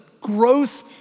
gross